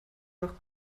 noch